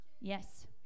yes